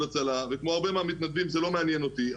הצלה וכמו הרבה מתנדבים זה לא מעניין אותי,